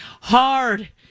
Hard